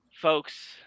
Folks